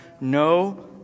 no